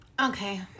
Okay